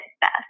best